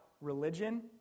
religion